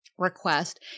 request